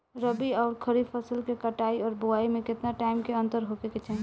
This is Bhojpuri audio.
रबी आउर खरीफ फसल के कटाई और बोआई मे केतना टाइम के अंतर होखे के चाही?